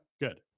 Good